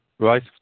Right